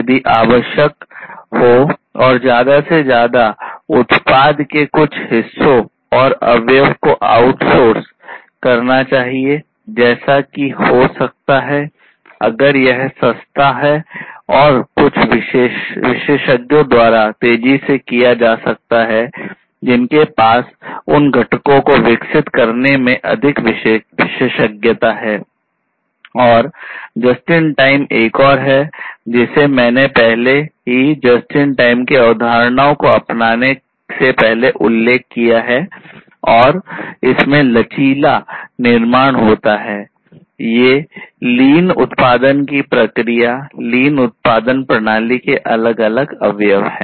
यदि आवश्यक हो और ज्यादा से ज्यादा उत्पाद के कुछ हिस्सों या अवयव को आउटसोर्स उत्पादन प्रणाली के अलग अवयव हैं